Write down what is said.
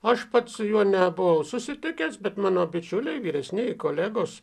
aš pats juo nebuvau susitikęs bet mano bičiuliai vyresnieji kolegos